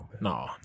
No